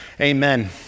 amen